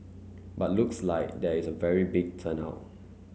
but looks like there is a very big turn out